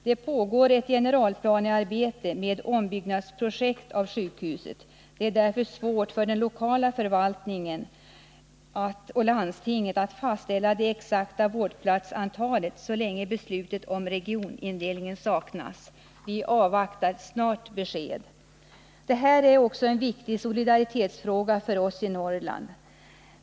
Det pågår ett generalplanearbete med ett projekt för ombyggnad av sjukhuset. Men det är svårt för den lokala förvaltningen och landstinget att fastställa det exakta vårdplatsantalet så länge beslutet om regionindelningen saknas. Vi avvaktar därför ett snart besked. Det här är också en viktig solidaritetsfråga för oss i Norrland.